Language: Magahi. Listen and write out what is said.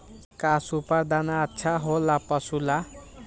का सुपर दाना अच्छा हो ला पशु ला?